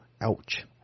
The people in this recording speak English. Ouch